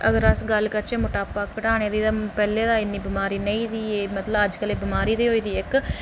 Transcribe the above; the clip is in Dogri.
अगर अस गल्ल करचै मटापा घटाने दी ते पैह्लें ते इन्नी बमारी नेईं ही मतलब अजकल एह् बमारी होई दी इक